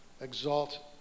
exalt